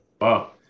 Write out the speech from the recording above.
wow